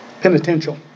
penitential